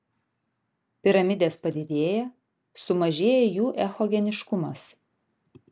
piramidės padidėja sumažėja jų echogeniškumas